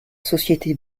société